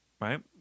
right